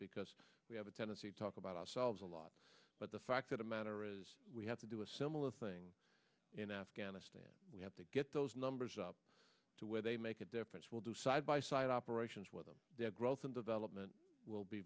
because we have a tendency to talk about ourselves a lot but the fact that the matter is we have to do a similar thing in afghanistan we have to get those numbers up to where they make a difference we'll do side by side operations with them their growth and development will be